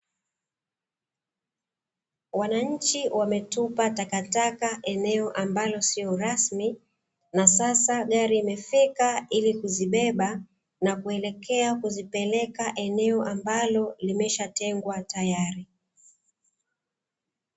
Wananchi wametupa takataka eneo ambalo sio rasmi na sasa gari imefika ili kuzibeba na kuelekea kuzipeleka eneo ambalo limeshatengwa tayari.